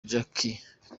jack